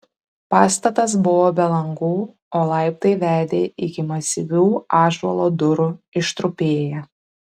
pastatas buvo be langų o laiptai vedę iki masyvių ąžuolo durų ištrupėję